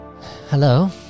hello